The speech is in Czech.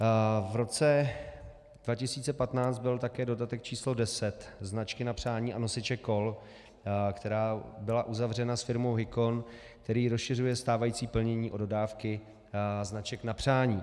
V roce 2015 byl také dodatek číslo 10, značky na přání a nosiče kol, která byla uzavřena s firmou Hicon, který rozšiřuje stávající plnění o dodávky značek na přání.